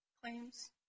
claims